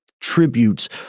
tributes